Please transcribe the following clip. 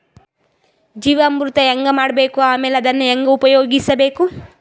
ಜೀವಾಮೃತ ಹೆಂಗ ಮಾಡಬೇಕು ಆಮೇಲೆ ಅದನ್ನ ಹೆಂಗ ಉಪಯೋಗಿಸಬೇಕು?